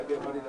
)